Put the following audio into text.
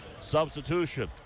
Substitution